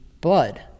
blood